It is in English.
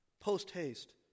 post-haste